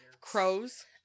Crows